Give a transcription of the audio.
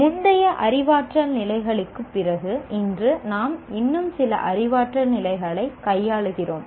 முந்தைய அறிவாற்றல் நிலைகளுக்குப் பிறகு இன்று நாம் இன்னும் சில அறிவாற்றல் நிலைகளைக் கையாளுகிறோம்